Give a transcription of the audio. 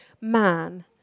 man